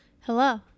Hello